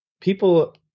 people